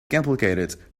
complicated